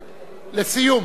לסיום,